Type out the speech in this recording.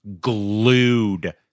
glued